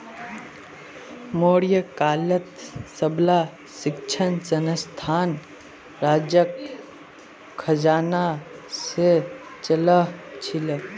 मौर्य कालत सबला शिक्षणसंस्थान राजार खजाना से चलअ छीले